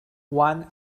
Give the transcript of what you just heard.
one